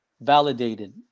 validated